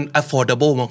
affordable